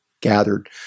gathered